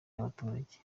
y’abaturage